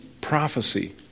prophecy